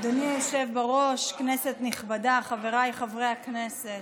אדוני היושב-ראש, כנסת נכבדה, חבריי חברי הכנסת,